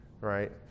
Right